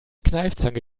kneifzange